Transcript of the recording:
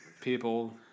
people